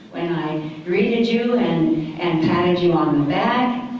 and i greeted you and and patted you on the back.